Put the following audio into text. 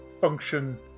function